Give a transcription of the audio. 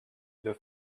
the